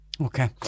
Okay